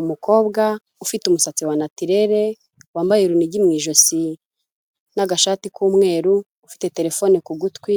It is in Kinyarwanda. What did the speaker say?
Umukobwa ufite umusatsi wa naturere wambaye urunigi mu ijosi n'agashati k'umweru ufite telefone ku gutwi